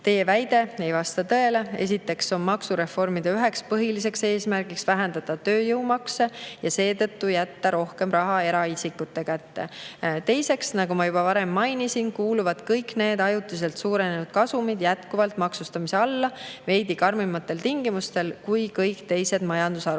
Teie väide ei vasta tõele. Esiteks on maksureformide põhilisi eesmärke vähendada tööjõumakse ja nii jätta eraisikute kätte rohkem raha. Teiseks, nagu ma juba varem mainisin, kuuluvad kõik need ajutiselt suurenenud kasumid jätkuvalt maksustamise alla veidi karmimatel tingimustel kui kõigis teistes majandusharudes.